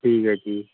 ठीक ऐ जी